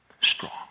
strong